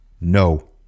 no